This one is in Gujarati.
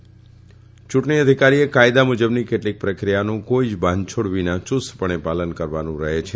યુંટણી અધિકારીએ કાયદા મુજબની કેટલીક પ્રક્રિયાનું કોઇ જ બાંધછીડ વિના યુસ્તપણે પાલન કરવાનું રહે છે